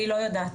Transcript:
אני לא יודעת.